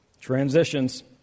Transitions